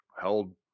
held